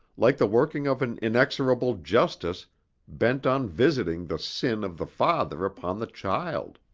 like the working of an inexorable justice bent on visiting the sin of the father upon the child.